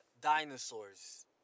dinosaurs